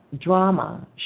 drama